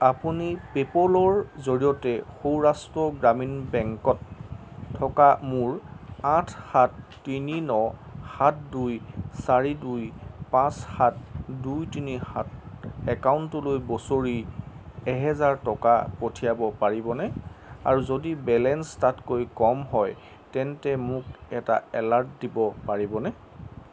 আপুনি পে'পলৰ জৰিয়তে সৌৰাষ্ট্ৰ গ্ৰামীণ বেংকত থকা মোৰ আঠ সাত তিনি ন সাত দুই চাৰি দুই পাঁচ সাত দুই তিনি সাত একাউণ্টলৈ বছৰি এহেজাৰ টকা পঠিয়াব পাৰিবনে আৰু যদি বেলেঞ্চ তাতকৈ কম হয় তেন্তে মোক এটা এলাৰ্ট দিব পাৰিবনে